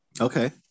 Okay